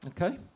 okay